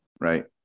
right